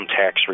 tax